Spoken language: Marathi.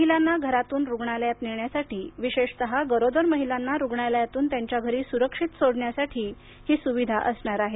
महिलांना घरातून रुग्णालयात नेण्यासाठी विशेषतः गरोदर महिलांना रुग्णालयातून त्यांच्या घरी सुरक्षित सोडण्यासाठी ही सुविधा असणार आहे